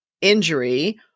injury